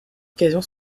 occasion